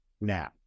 now